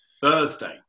Thursday